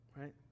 Right